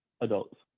adults